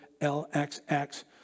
LXX